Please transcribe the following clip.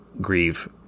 grieve